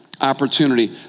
opportunity